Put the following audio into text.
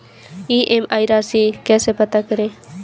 EMI राशि कैसे पता करें?